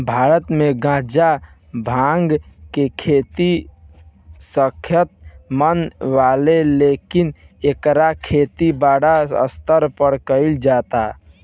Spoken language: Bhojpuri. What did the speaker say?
भारत मे गांजा, भांग के खेती सख्त मना बावे लेकिन एकर खेती बड़ स्तर पर कइल जाता